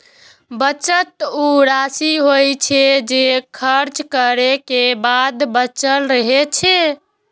बचत ऊ राशि होइ छै, जे खर्च करै के बाद बचल रहै छै